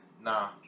Nah